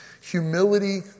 Humility